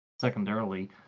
Secondarily